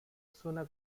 zona